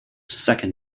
second